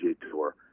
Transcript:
Tour